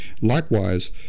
Likewise